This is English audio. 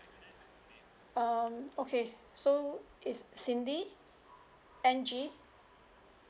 um okay so it's cindy N G